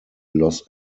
los